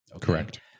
Correct